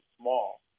small